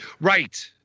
Right